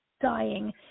dying